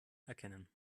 erkennen